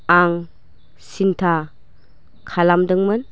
आं सिनथा खालामदोंमोन